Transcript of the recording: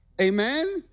Amen